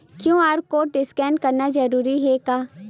QR code scan करना जरूरी हे का?